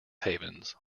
havens